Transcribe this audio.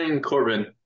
Corbin